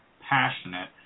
passionate